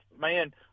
Man